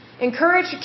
encourage